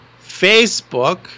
Facebook